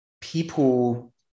people